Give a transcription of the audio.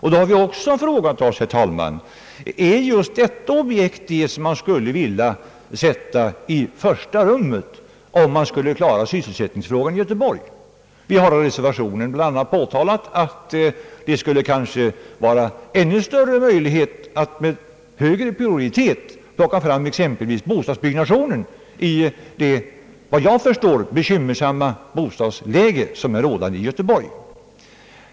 Vi har då också frågat, herr talman, om just detta objekt är det man skulle vilja sätta i första rummet när det gäller att klara sysselsättningsfrågan i Göteborg. Vi har i reservationen bl.a. framhållit, att det kanske skulle finnas ännu större möjlighet att med högre prioritet kunna sätta i gång t.ex. en ökad bostadsbyggnadsproduktion, som såvitt jag förstår är en nödvändig sak i det bostadsläge som är rådande i Göteborg.